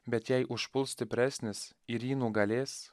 bet jei užpuls stipresnis ir jį nugalės